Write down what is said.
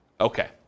Okay